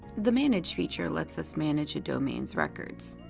the manage feature lets us manage a domain's records.